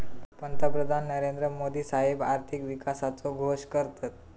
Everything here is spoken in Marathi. पंतप्रधान नरेंद्र मोदी साहेब आर्थिक विकासाचो घोष करतत